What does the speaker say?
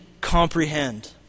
comprehend